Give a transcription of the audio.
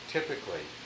Typically